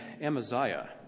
Amaziah